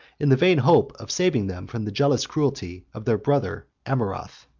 in the vain hope of saving them from the jealous cruelty of their brother amurath.